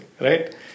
right